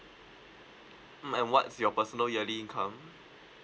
mm and what's your personal yearly income